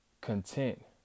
content